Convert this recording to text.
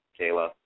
Kayla